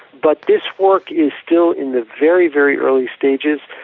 but this work is still in the very, very early stages.